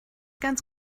ganz